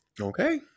okay